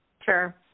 Sure